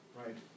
right